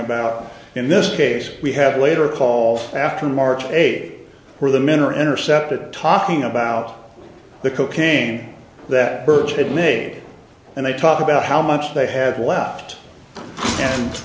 about in this case we have later call after march eighth where the men are intercepted talking about the cocaine that birch had made and they talked about how much they had left and